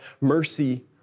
mercy